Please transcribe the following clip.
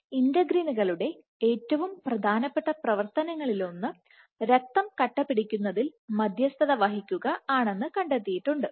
ഇന്റഗ്രിനുകളുടെ ഏറ്റവും പ്രധാനപ്പെട്ട പ്രവർത്തനങ്ങളിലൊന്ന് രക്തം കട്ടപിടിക്കുന്നതിൽ മധ്യസ്ഥത വഹിക്കുക ആണെന്ന് കണ്ടെത്തിയിട്ടുണ്ട്